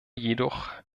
jedoch